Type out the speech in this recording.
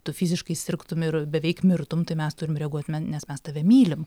tu fiziškai sirgtum ir beveik mirtum tai mes turim reaguot nes mes tave mylim